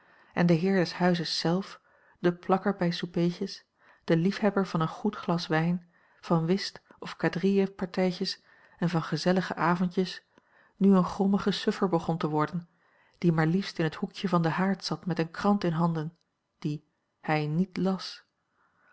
en de heer des huizes zelf de plakker bij soupeetjes de liefhebber van een goed glas wijn van whist of quadrille partijtjes en van gezellige avondjes nu een grommige suffer begon te worden die maar liefst in het hoekje van den haard zat met eene krant in handen die hij niet las